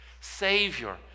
savior